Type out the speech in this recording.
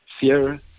Fear